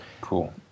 Cool